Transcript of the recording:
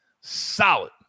solid